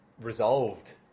resolved